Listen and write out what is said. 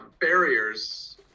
barriers